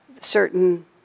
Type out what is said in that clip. certain